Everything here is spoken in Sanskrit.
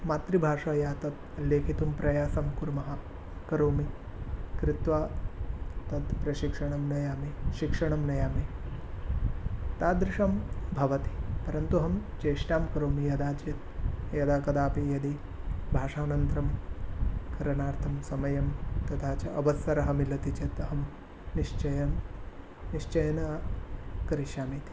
मातृभाषया तत् लेखितुं प्रयासं कुर्मः करोमि कृत्वा तत् प्रशिक्षणं नयामि शिक्षणं नयामि तादृशं भवति परन्तु अहं चेष्टां करोमि कदाचित् यदाकदापि यदि भाषान्तरं करणार्थं समयं तथा च अवसरः मिलति चेत् अहं निश्चयन् निश्चयेन करिष्यामि इति